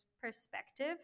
perspective